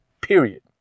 period